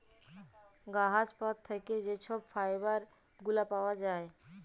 গাহাচ পাত থ্যাইকে যে ছব ফাইবার গুলা পাউয়া যায়